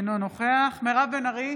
אינו נוכח מירב בן ארי,